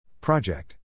Project